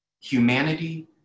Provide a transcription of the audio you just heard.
humanity